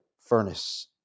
furnace